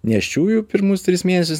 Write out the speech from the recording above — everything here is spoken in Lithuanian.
nėščiųjų pirmus tris mėnesius